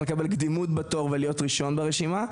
לקבל קדימות בתור ולהיות ראשון ברשימה,